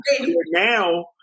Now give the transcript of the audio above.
Now